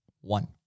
One